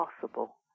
possible